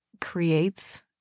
creates